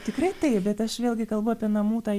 tikrai taip bet aš vėlgi kalbu apie namų tą